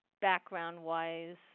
background-wise